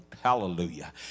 hallelujah